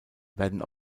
werden